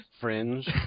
Fringe